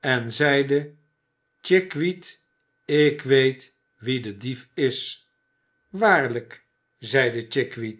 en zeide chickweed ik weet wie de dief is waarlijk zeide